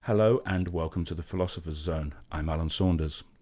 hello, and welcome to the philosopher's zone. i'm alan saunders.